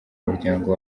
muryango